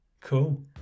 Cool